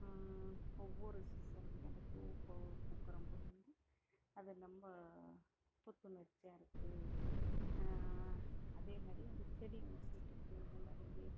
ஒவ்வொரு சீசன்லேயும் அந்த பூ இப்போது பூக்கம் போது வந்து அது ரொம்ப புத்துணர்ச்சியாக இருக்குது அதே மாரி அந்த செடி வந்து வீட்டுக்கு முன்னாடி வீ